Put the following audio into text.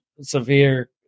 severe